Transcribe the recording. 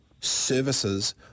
services